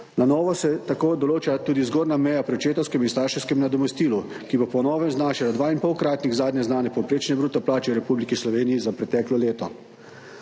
Na novo se tako določa tudi zgornja meja pri očetovskem in starševskem nadomestilu, ki bo po novem znašala dvainpolkratnik zadnje znane povprečne bruto plače v Republiki Sloveniji za preteklo leto.